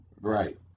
right